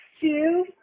two